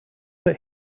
that